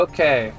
Okay